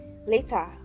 Later